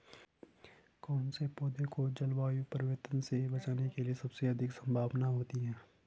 कौन से पौधे को जलवायु परिवर्तन से बचने की सबसे अधिक संभावना होती है?